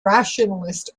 rationalist